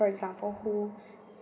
for example who